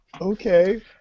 Okay